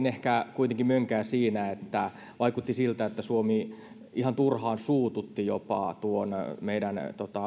ehkä kuitenkin mentiin mönkään siinä että vaikutti siltä että suomi ihan turhaan suututti jopa meidän